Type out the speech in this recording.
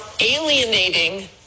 alienating